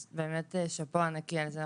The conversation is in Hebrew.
אז באמת שאפו ענקי על זה,